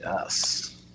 Yes